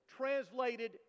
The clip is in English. Translated